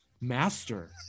master